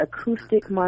acoustic